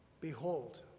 behold